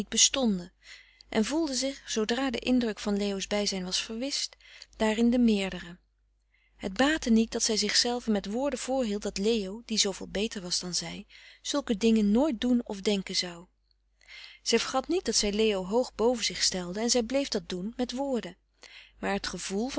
bestonden en voelde zich zoodra de indruk van leo's bijzijn was verwischt daarin de meerdere het baatte niet dat zij zichzelve met woorden voorhield dat leo die zooveel beter was dan zij zulke dingen nooit doen of denken zou zij vergat niet dat zij leo hoog boven zich stelde en zij bleef dat doen met woorden maar het gevoel van